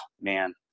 man